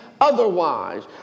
Otherwise